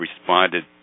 responded